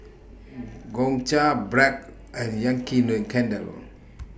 Gongcha Bragg and Yankee Candle